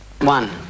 One